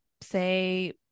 Say